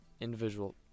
individual